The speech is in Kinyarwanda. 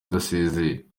udasezeye